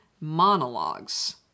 monologues